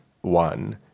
one